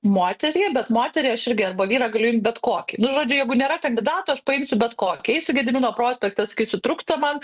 moterį bet moterį aš irgi arba vyrą galiu imt bet kokį nu žodžiu jeigu nėra kandidatų aš paimsiu bet kokį eisiu gedimino prospekte sakysiu trūksta man